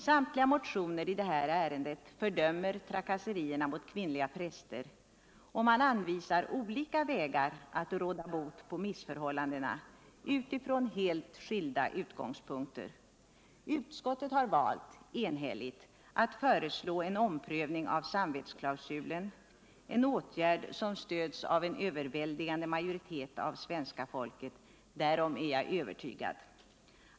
Samtliga motioner i det här ärendet fördömer trakasserierna mot kvinnliga präster, och man anvisar olika vägar att råda bot på missförhållandena — utifrån helt skilda utgångspunkter. Utskottet har enigt valt att föreslå en omprövning av samvetsklausulen, en åtgärd som stöds av en överväldigande majoritet av svenska folket — därom är jag övertygad.